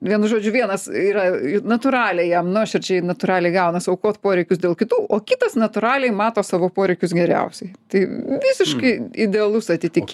vienu žodžiu vienas yra natūraliai jam nuoširdžiai natūraliai gaunas aukot poreikius dėl kitų o kitas natūraliai mato savo poreikius geriausiai tai visiškai idealus atitiki